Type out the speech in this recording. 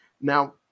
Now